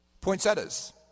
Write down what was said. Poinsettias